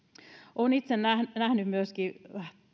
olen itse nähnyt myöskin